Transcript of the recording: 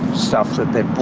stuff they've